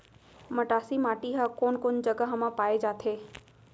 मटासी माटी हा कोन कोन जगह मा पाये जाथे?